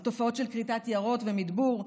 על תופעות של כריתת יערות ומדבור,